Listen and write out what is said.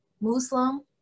Muslim